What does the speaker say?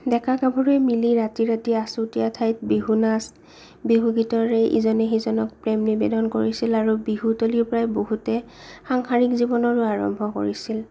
ডেকা গাভৰুৱে মিলি ৰাতি ৰাতি আচুতীয়া ঠাইত বিহু নাচ বিহু গীতৰে ইজনে সিজনক প্ৰেম নিবেদন কৰিছিল আৰু বিহুতলীৰ পৰাই বহুতে সাংসাৰিক জীৱনৰো আৰম্ভণি কৰিছিল